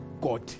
God